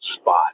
spot